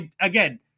Again